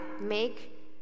make